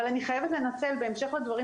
אבל אני חייבת לנצל בהמשך לדברים